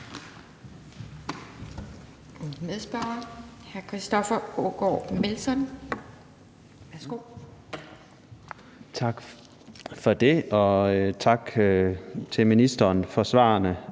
medspørger. Kl. 18:58 Christoffer Aagaard Melson (V): Tak for det, og tak til ministeren for svarene.